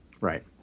Right